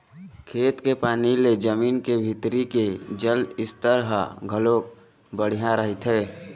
खेत के पानी ले जमीन के भीतरी के जल स्तर ह घलोक बड़िहा रहिथे